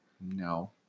No